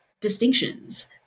distinctions